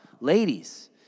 ladies